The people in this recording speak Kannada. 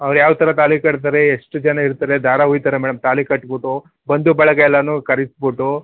ಅವ್ರು ಯಾವ ಥರ ತಾಳಿ ಕಟ್ತಾರೆ ಎಷ್ಟು ಜನ ಇರ್ತಾರೆ ದಾರ ಹೊಯ್ತಾರೆ ಮೇಡಮ್ ತಾಳಿ ಕಟ್ಬಿಟ್ಟು ಬಂಧು ಬಳಗ ಎಲ್ಲರ್ನೂ ಕರಿಸ್ಬಿಟ್ಟು